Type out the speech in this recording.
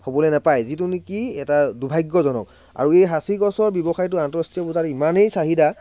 হ'বলৈ নাপায় যিটো নেকি এটা দূৰ্ভাগ্যজনক আৰু এই সাঁচিগছৰ ব্যৱসায়টো আন্তৰাষ্ট্ৰীয় বজাৰত ইমানেই চাহিদা